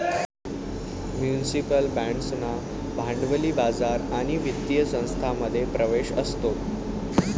municipal बाँड्सना भांडवली बाजार आणि वित्तीय संस्थांमध्ये प्रवेश असतो